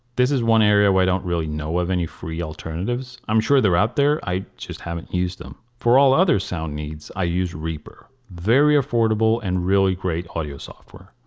this is one area where i don't really know of any free alternatives. i'm sure they're out there, i just haven't used them. for all other sound needs i use reaper. very affordable and really great audio software.